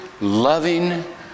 loving